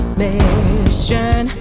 mission